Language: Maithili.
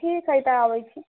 ठीक हइ तऽ आबैत छी